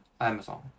Amazon